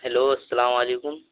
hello السلام علیکم